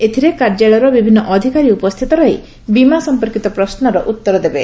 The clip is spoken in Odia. ଏଥିରେ କାର୍ଯ୍ୟାଳୟର ବିଭିନ୍ ଅଧିକାରୀ ଉପସ୍ଥିତ ରହି ବିମା ସମ୍ମର୍କୀତ ପ୍ରଶ୍ନର ଉତ୍ତର ଦେବେ